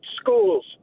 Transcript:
school's